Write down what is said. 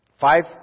Five